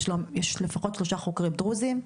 יש לפחות שלושה חוקרים דרוזים.